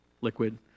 liquid